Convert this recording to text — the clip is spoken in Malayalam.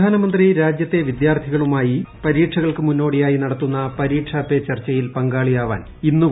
പ്രധാനമന്ത്രി രാജ്യത്തെ വിദ്യാർത്ഥികളുമായി പരീക്ഷകൾക്ക് മുന്നോടിയായി നടത്തുന്ന പരീക്ഷാ പേ ചർച്ചയിൽ പങ്കാളിയാവാൻ ഇന്നുകൂടി അപേക്ഷിക്കാം